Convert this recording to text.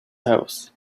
house